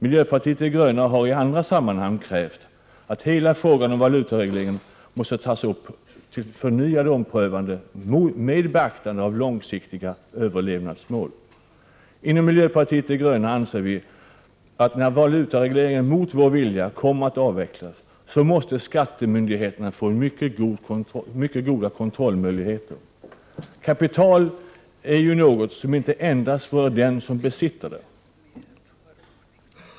Miljöpartiet de gröna har i andra sammanhang krävt att hela frågan om valutaregleringen måste tas upp till förnyat omprövande med beaktande av långsiktiga överlevnadsmål. Miljöpartiet de gröna anser att skattemyndigheterna, när valutaregleringen mot vår vilja avvecklas, måste få mycket goda kontrollmöjligheter. Kapital är ju något som inte endast berör den som besitter det.